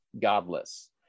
godless